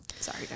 Sorry